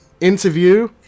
interview